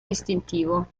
distintivo